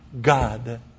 God